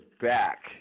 back